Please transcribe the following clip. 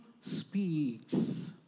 speaks